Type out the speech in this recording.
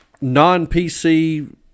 non-PC